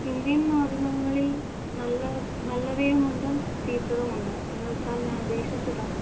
Indian മാധ്യമങ്ങളിൽ നല്ല നല്ലവയുമുണ്ട് ചീത്തതുവുണ്ട് എന്നുവെച്ചാൽ ഞാനുദ്ദേശിച്ചത്